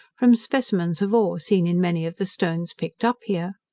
from specimens of ore seen in many of the stones picked up here.